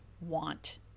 want